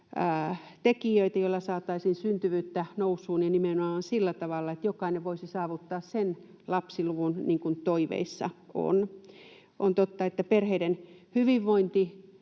tekijöitä, joilla saataisiin syntyvyyttä nousuun ja nimenomaan sillä tavalla, että jokainen voisi saavuttaa sen lapsiluvun, mikä toiveissa on. On totta, että perheiden hyvinvointi,